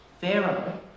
Pharaoh